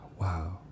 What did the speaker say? wow